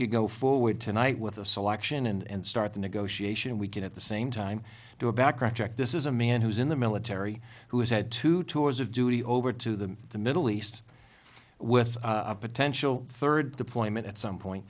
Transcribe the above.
could go forward tonight with a selection and start the negotiation we can at the same time do a background check this is a man who's in the military who has had two tours of duty over to the middle east with a potential third deployment at some